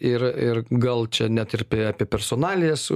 ir ir gal čia net ir apie personalijas